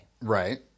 Right